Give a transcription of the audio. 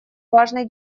важной